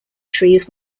trees